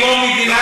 היא לא מדינת